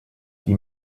die